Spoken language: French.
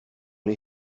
les